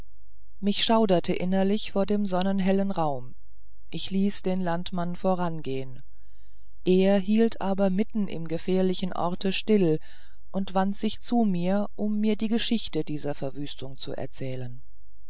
mich schauderte innerlich vor dem sonnenhellen raum ich ließ den landmann vorangehen er hielt aber mitten im gefährlichen orte still und wandte sich zu mir um mir die geschichte dieser verwüstung zu erzählen